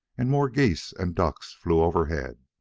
and more geese and ducks flew overhead.